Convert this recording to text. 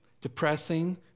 depressing